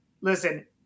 listen